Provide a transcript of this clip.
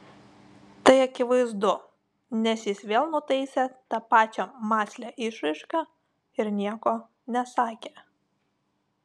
tai akivaizdu nes jis vėl nutaisė tą pačią mąslią išraišką ir nieko nesakė